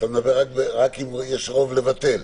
אתה מדבר רק אם יש רוב לבטל.